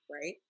right